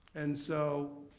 and so